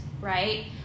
right